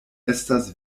estas